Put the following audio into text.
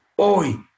oi